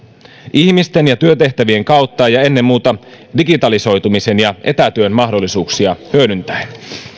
ihmisten ja työtehtävien kautta ja ennen muuta digitalisoitumisen ja etätyön mahdollisuuksia hyödyntäen